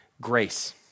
grace